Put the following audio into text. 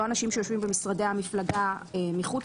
לא אנשים שיושבים במשרדי המפלגה מחוץ